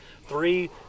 three